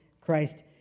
Christ